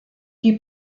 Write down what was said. die